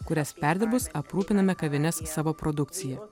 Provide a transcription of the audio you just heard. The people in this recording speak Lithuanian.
kurias perdirbus aprūpiname kavines savo produkcija